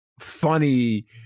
funny